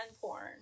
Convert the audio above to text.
porn